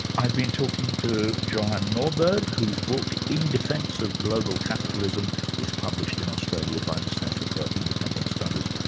i've been talking to johan norberg whose book, in defence of global capitalism is published in australia by the centre for independent studies.